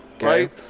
right